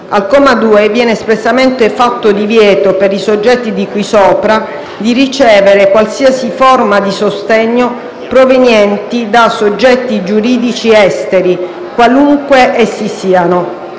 Al comma 2 viene espressamente fatto divieto, per i soggetti di cui sopra, di ricevere qualsiasi forma di sostegno proveniente da soggetti giuridici esteri, qualunque essi siano.